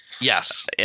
Yes